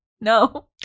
no